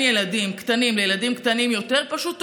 ילדים קטנים לילדים קטנים יותר פשוט טועה.